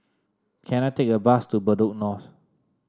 can I take a bus to Bedok North